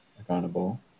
accountable